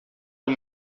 uma